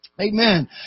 Amen